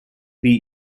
bee